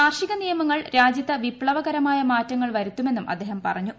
കാർഷിക നിയമങ്ങൾ രാജൃത്ത് വിപ്തവകരമായ മാറ്റങ്ങൾ വരുത്തുമെന്നും അദ്ദേഹം പറഞ്ഞു